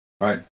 Right